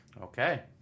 Okay